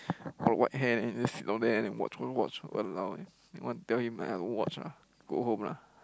got white hair then just sit down there and then watch want watch !walao! eh like want tell him don't wacth ah go home lah